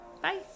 bye